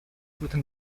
written